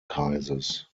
kreises